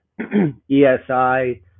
ESI